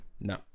No